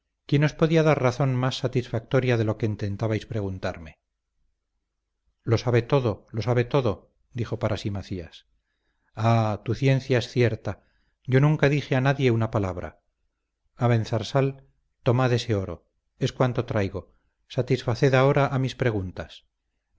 que buscabais quién os podía dar razón más satisfactoria de lo que intentabais preguntarme lo sabe todo lo sabe todo dijo para sí macías ah tu ciencia es cierta yo nunca dije a nadie una palabra abenzarsal tomad ese oro es cuanto traigo satisfaced ahora a mis preguntas